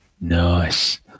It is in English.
nice